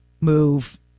move